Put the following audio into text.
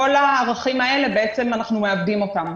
כל הערכים האלה, אנחנו מאבדים אותם.